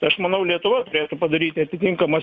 tai aš manau lietuva turėtų padaryti atitinkamas